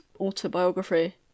autobiography